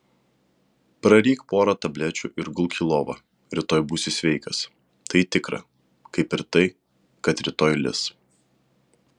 praryk porą tablečių ir gulk į lovą rytoj būsi sveikas tai tikra kaip ir tai kad rytoj lis